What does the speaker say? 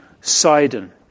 Sidon